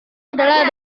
adalah